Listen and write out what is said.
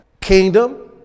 Kingdom